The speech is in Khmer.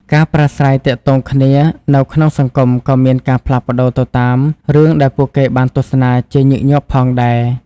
ការប្រាស្រ័យទាក់ទងគ្នានៅក្នុងសង្គមក៏មានការផ្លាស់ប្តូរទៅតាមរឿងដែលពួកគេបានទស្សនាជាញឹកញាប់ផងដែរ។